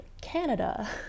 Canada